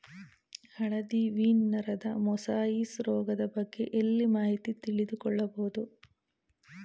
ಹಳದಿ ವೀನ್ ನರದ ಮೊಸಾಯಿಸ್ ರೋಗದ ಬಗ್ಗೆ ಎಲ್ಲಿ ಮಾಹಿತಿ ತಿಳಿದು ಕೊಳ್ಳಬಹುದು?